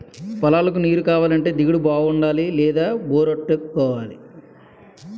పొలాలకు నీరుకావాలంటే దిగుడు బావులుండాలి లేదా బోరెట్టుకోవాలి